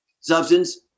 substance